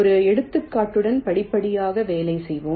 ஒரு எடுத்துக்காட்டுடன் படிப்படியாக வேலை செய்வோம்